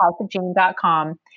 HouseofJane.com